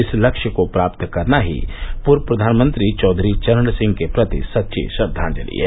इस लक्ष्य को प्राप्त करना ही पूर्व प्रधानमंत्री चौधरी चरण सिंह के प्रति सच्ची श्रद्वाजंलि हैं